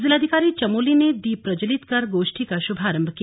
जिलाधिकारी चमोली ने दीप प्रजव्लित कर गोष्ठी का शुभारम्भ किया